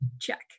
Check